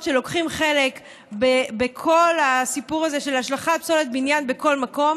שלוקחים חלק בכל הסיפור הזה של השלכת פסולת בניין בכל מקום.